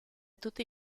tutti